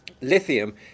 Lithium